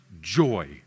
joy